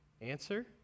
Answer